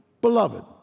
Beloved